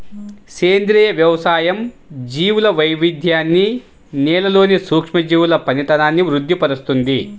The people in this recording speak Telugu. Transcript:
సేంద్రియ వ్యవసాయం జీవుల వైవిధ్యాన్ని, నేలలోని సూక్ష్మజీవుల పనితనాన్ని వృద్ది పరుస్తుంది